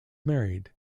married